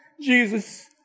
Jesus